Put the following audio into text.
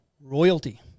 royalty